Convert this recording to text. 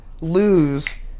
lose